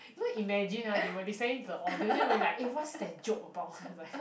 you know imagine ah they were listening to the audio then will like eh what's that joke about was like